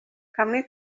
kamwe